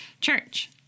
church